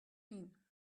mean